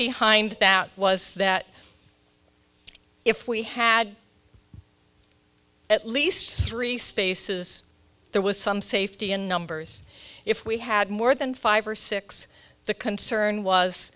behind that was that if we had at least three spaces there was some safety in numbers if we had more than five or six the concern was